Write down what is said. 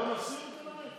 בוא נסיר ותנמק.